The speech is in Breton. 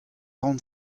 ran